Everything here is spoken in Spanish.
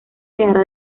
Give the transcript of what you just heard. quedará